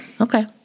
Okay